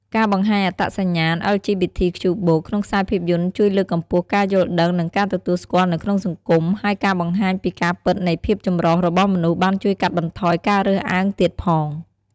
ការបង្ហាញអត្តសញ្ញាណ អិល ជី ប៊ី ធី ខ្ជូ បូក (LGBTQ+) ក្នុងខ្សែភាពយន្តជួយលើកកម្ពស់ការយល់ដឹង និងការទទួលស្គាល់នៅក្នុងសង្គម ហើយការបង្ហាញពីការពិតនៃភាពចម្រុះរបស់មនុស្សបានជួយកាត់បន្ថយការរើសអើងទៀតផង។